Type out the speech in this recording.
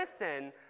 listen